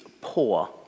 poor